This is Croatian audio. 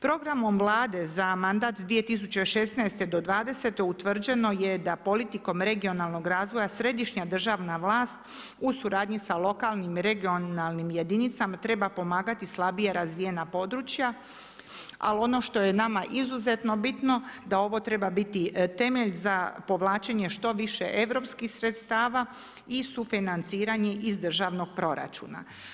Programom Vlade za mandat 2016.-2020. utvrđeno je da politikom regionalnog razvoja središnja državna vlast u suradnji sa lokalnim i regionalnim jedinicama treba pomagati slabije razvijena područja, ali ono što je nama izuzetno bitno, da ovo treba biti temelj za povlačenje što više europskih sredstava i sufinanciranje iz državnog proračuna.